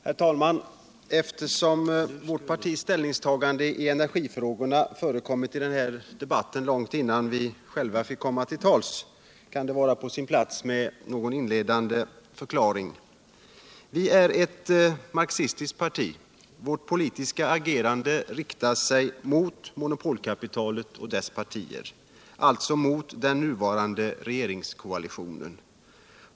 Herr talman! Eftersom värt partis ställningstagande i cenergifrigorna förekom i den här debatten långt innan vi själva fick komma till tals. kun det vara på sin plats med en inledande förklaring. Arbetarpartiet kommunisterna är ctl marxistiskt parti. Vårt politiska agerande riktar sig mot monopolkapitalet och dess partier, alltså mot den nuvarande regeringskoaliuonen.